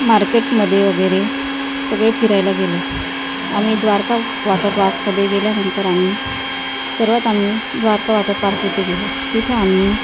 मार्केटमध्ये वगैरे सगळे फिरायला गेलो आम्ही द्वारका वॉटर पार्कमध्ये गेल्यानंतर आम्ही सर्वात आम्ही द्वारका वॉटर पार्क येथे गेलो तिथे आम्ही